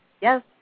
Yes